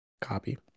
Copy